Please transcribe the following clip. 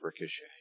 Ricochet